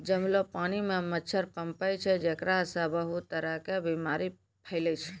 जमलो पानी मॅ मच्छर पनपै छै जेकरा सॅ बहुत तरह के बीमारी फैलै छै